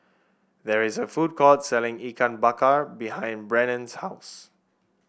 there is a food court selling Ikan Bakar behind Brannon's house